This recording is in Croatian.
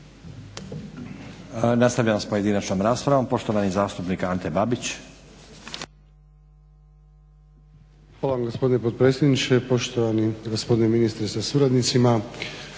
Nastavljamo s pojedinačnom raspravom. Poštovani zastupnik Ante Babić. **Babić, Ante (HDZ)** Hvala vam gospodine potpredsjedniče. Poštovani gospodine ministre sa suradnicima.